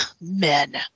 men